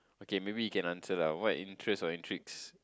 okay maybe you can answer lah why interests or in tricks